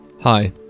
Hi